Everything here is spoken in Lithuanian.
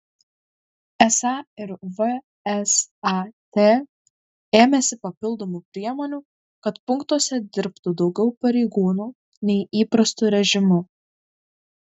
esą ir vsat ėmėsi papildomų priemonių kad punktuose dirbtų daugiau pareigūnų nei įprastu režimu